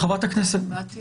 בעתיד.